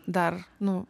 dar nu